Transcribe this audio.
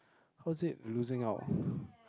how is it losing out